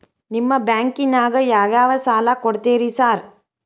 ನಿಮ್ಮ ಬ್ಯಾಂಕಿನಾಗ ಯಾವ್ಯಾವ ಸಾಲ ಕೊಡ್ತೇರಿ ಸಾರ್?